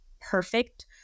perfect